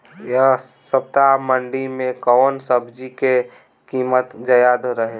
एह सप्ताह मंडी में कउन सब्जी के कीमत ज्यादा रहे?